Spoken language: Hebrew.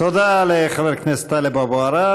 תודה לחבר הכנסת טלב אבו עראר.